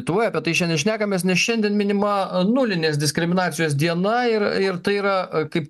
tuoj apie tai šiandien šnekamės nes šiandien minima nulinės diskriminacijos diena ir ir tai yra kaip